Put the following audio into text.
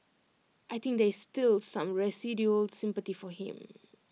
I think there is still some residual sympathy for him